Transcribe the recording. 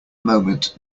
moment